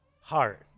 heart